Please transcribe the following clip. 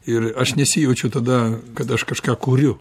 ir aš nesijaučiu tada kad aš kažką kuriu